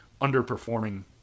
underperforming